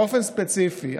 באופן ספציפי,